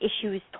issues